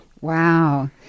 Wow